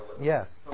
Yes